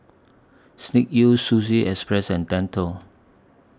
Snek Ku Sushi Express and Dettol